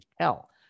tell